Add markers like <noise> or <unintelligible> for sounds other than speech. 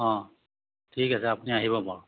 অঁ ঠিক আছে আপুনি আহিব <unintelligible>